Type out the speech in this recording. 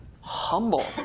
humble